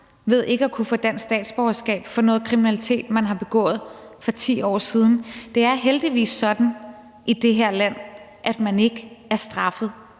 ved ikke at kunne få dansk statsborgerskab for noget kriminalitet, man har begået for 10 år siden. Det er heldigvis sådan i det her land, at man ikke er straffet